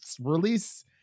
release